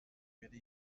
werde